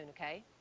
okay